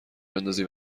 بندازی